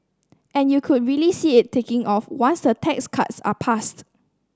and you could really see it taking off once the tax cuts are passed